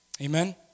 amen